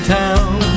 town